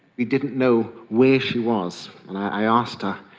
we didn't know where she was, and i asked her,